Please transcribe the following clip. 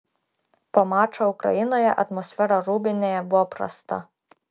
po mačo ukrainoje atmosfera rūbinėje buvo prasta